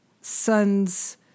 son's